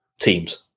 teams